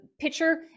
pitcher